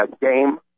game